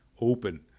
Open